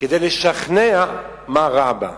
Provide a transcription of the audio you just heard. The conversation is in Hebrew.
כדי לשכנע מה רע בה.